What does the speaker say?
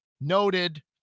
Noted